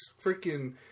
freaking